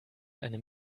einem